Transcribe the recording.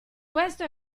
questo